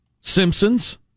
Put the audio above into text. Simpsons